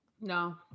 No